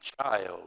child